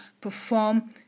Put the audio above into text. perform